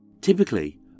Typically